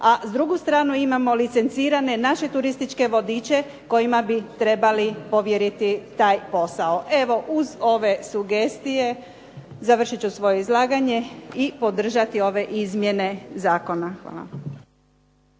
A s druge strane imamo licencirane naše turističke vodiče kojima bi trebali povjeriti taj posao. Evo uz ove sugestije završit ću svoje izlaganje i podržati ove izmjene zakona. Hvala.